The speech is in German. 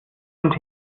und